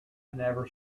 never